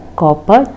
copper